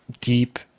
deep